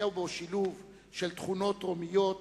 היה בו שילוב של תכונות תרומיות,